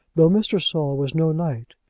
though mr. saul was no knight,